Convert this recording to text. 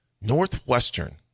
Northwestern